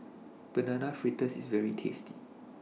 Banana Fritters IS very tasty